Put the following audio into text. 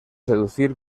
deducir